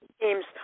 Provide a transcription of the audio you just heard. team's